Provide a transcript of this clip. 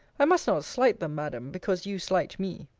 i must not slight them, madam, because you slight me.